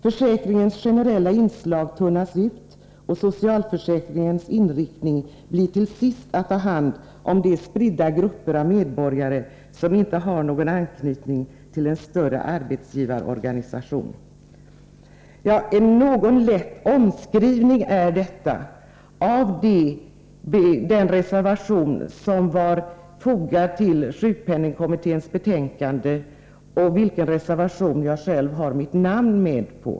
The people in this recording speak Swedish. Försäkringens generella inslag tunnas ut och socialförsäkringens inriktning blir till sist att ta hand om de spridda grupper av medborgare som inte har någon anknytning till en större arbetsgivarorganisation.” Detta är en lätt omskrivning av den reservation som var fogad till sjukpenningkommitténs betänkande, under vilken reservation jag själv hade mitt namn.